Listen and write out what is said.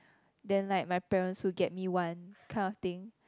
then like my parent still get me one kind of thing